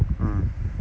mm